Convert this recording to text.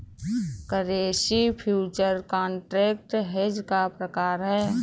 currency future contract hedge का प्रकार है